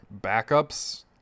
backups